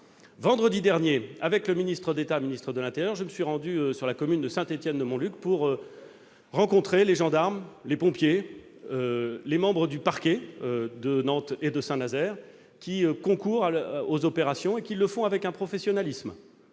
Vendredi dernier, avec le ministre d'État, ministre de l'intérieur, je me suis rendu sur la commune de Saint-Étienne-de-Montluc pour rencontrer les gendarmes, les pompiers, les membres du parquet de Nantes et de Saint-Nazaire, qui concourent aux opérations avec un professionnalisme